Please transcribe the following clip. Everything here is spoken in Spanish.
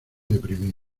deprimido